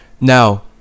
Now